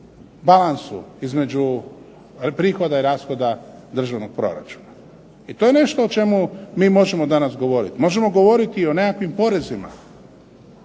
balansu između prihoda i rashoda državnog proračuna. I to je nešto o čemu mi možemo danas govoriti. Možemo govoriti i o nekakvim porezima.